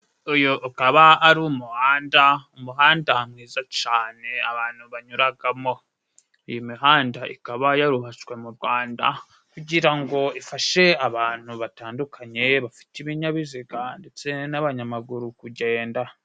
Uyu ukaba ari umuhanda, umuhanda mwiza cane abantu banyuragamo ,iyi mihanda ikaba yarubatswe mu rwanda kugira ngo ifashe abantu batandukanye bafite ibinyabiziga ndetse n'abanyamaguru kugenda.